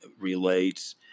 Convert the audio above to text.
relates